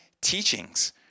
teachings